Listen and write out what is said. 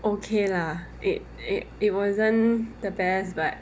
okay lah it it it wasn't the best but